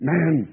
Man